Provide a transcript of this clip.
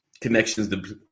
connections